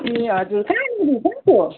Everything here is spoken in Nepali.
ए हजुर कहाँनिर छ त्यो